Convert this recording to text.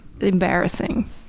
embarrassing